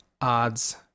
odds